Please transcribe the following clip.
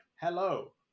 hello